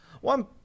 one